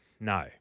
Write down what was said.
no